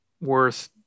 worth